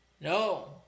no